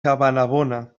cabanabona